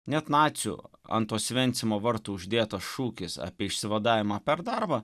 net nacių ant osvencimo vartų uždėtas šūkis apie išsivadavimą per darbą